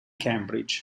cambridge